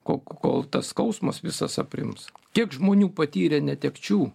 kol tas skausmas visas aprims kiek žmonių patyrė netekčių